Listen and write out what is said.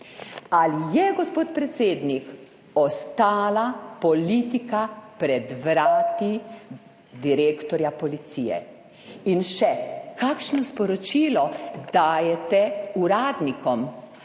Ali je, gospod predsednik, ostala politika pred vrati direktorja policije? In še: Kakšno sporočilo dajete uradnikom?